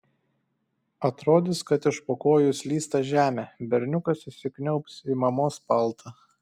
atrodys kad iš po kojų slysta žemė berniukas įsikniaubs į mamos paltą